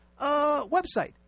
website